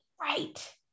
Right